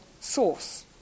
source